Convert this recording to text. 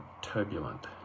turbulent